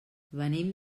venim